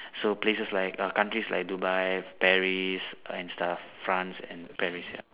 so places like err countries like Dubai Paris and stuff France and Paris ya